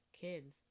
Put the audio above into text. kids